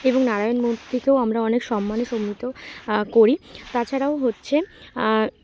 এবং নারায়ণ মূর্তিকেও আমরা অনেক সম্মানে সম্মিত করি তাছাড়াও হচ্ছে